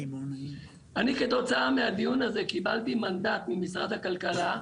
אני כתוצאה מהדיון הזה קיבלתי מנדט ממשרד הכלכלה,